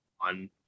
on